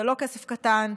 זה כסף קטן,